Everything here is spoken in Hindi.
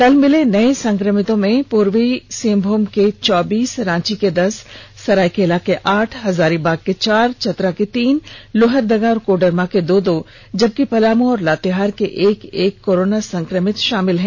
कल मिले नए संक्रमितों में पूर्वी ॅसिहंभूम के चौबीस रांची के दस सरायकेला के आठ हजारीबाग के चार चतरा के तीन लोहरदगा और कोडरमा के दो दो जबकि पलामू और लातेहार के एक एक कोरोना संक्रमित षामिल हैं